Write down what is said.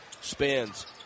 Spins